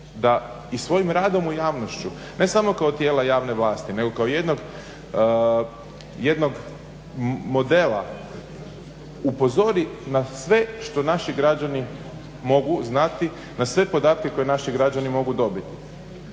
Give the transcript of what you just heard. da i svojim radom u javnošću, ne samo kao tijela javne vlasti, nego kao jednog modela upozori na sve što naši građani mogu znati, na sve podatke koji naši građani mogu dobiti.